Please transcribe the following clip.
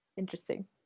Interesting